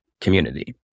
community